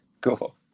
Cool